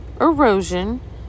erosion